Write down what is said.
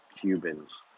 Cubans